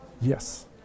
Yes